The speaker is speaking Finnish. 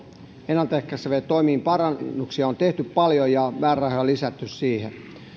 ennalta ehkäiseviä toimia ja parannuksia on tehty paljon ja määrärahoja on lisätty siihen